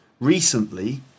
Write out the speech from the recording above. recently